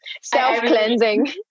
self-cleansing